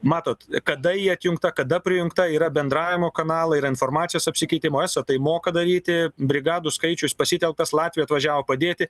matot kada ji atjungta kada prijungta yra bendravimo kanalai ir informacijos apsikeitimo eso tai moka daryti brigadų skaičius pasitelktas latviai atvažiavo padėti